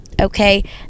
Okay